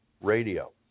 Radio